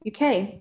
UK